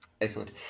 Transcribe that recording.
Excellent